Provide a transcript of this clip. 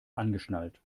angeschnallt